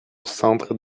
centre